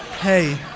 hey